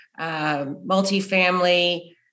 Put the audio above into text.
multifamily